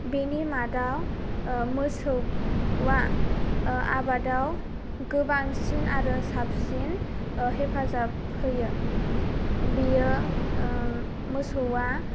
बेनि मादाव मोसौआ आबादाव गोबांसिन आरो साबसिन हेफाजाब होयो बियो मोसौआ